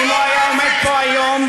אם הוא היה עומד פה היום,